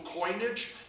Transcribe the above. coinage